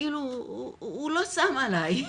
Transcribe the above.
הוא לא 'שם' עלי.